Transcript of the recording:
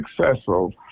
successful